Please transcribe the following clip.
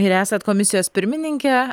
ir esat komisijos pirmininkė